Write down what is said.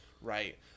right